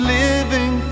living